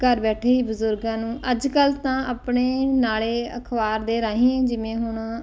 ਘਰ ਬੈਠੇ ਹੀ ਬਜ਼ੁਰਗਾਂ ਨੂੰ ਅੱਜ ਕੱਲ੍ਹ ਤਾਂ ਆਪਣੇ ਨਾਲੇ ਅਖਬਾਰ ਦੇ ਰਾਹੀਂ ਜਿਵੇਂ ਹੁਣ